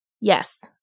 Yes